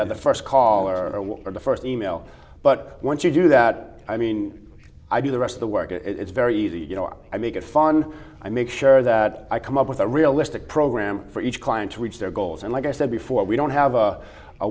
that the first call or what are the first e mail but once you do that i mean i do the rest of the work and it's very easy you know i make it fun i make sure that i come up with a realistic program for each client to reach their goals and like i said before we don't have a